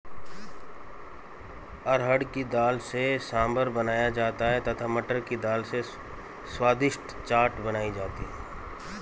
अरहर की दाल से सांभर बनाया जाता है तथा मटर की दाल से स्वादिष्ट चाट बनाई जाती है